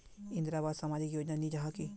इंदरावास सामाजिक योजना नी जाहा की?